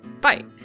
Bye